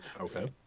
Okay